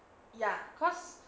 ya cause